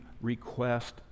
request